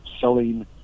selling